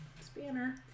spanner